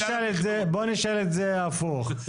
בחברה הערבית?